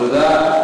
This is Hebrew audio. תודה.